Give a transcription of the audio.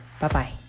Bye-bye